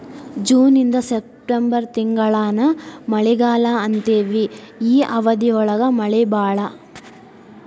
June ಇಂದ September ತಿಂಗಳಾನ ಮಳಿಗಾಲಾ ಅಂತೆವಿ ಈ ಅವಧಿ ಒಳಗ ಮಳಿ ಬಾಳ